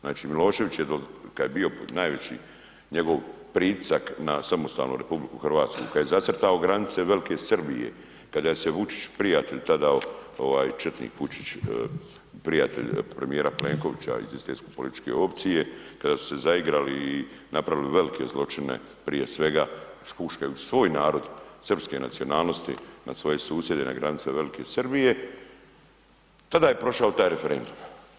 Znači Milošević kada je bio najveći njegov pritisak na samostalnu RH kada je zacrtao granice velike Srbije, kada se Vučić prijatelj tada četnik Vučić, prijatelj premijera Plenkovića iz iste političke opcije kada su se zaigrali i napravili velike zločine prije svega huškajući svoj narod srpske nacionalnosti na svoje susjede na granice velike Srbije tada je prošao taj referendum.